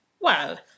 Well